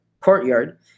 courtyard